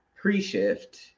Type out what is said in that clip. pre-shift